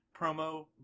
promo